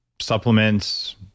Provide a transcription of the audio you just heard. supplements